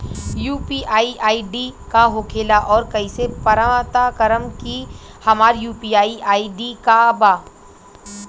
UPI ID का होखेला और कईसे पता करम की हमार यू.पी.आई आई.डी का बा?